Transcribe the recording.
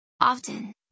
Often